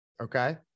Okay